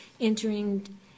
entering